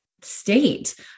state